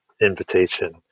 invitation